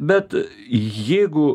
bet jeigu